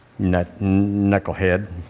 knucklehead